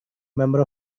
member